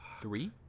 Three